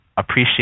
appreciate